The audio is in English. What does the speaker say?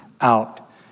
out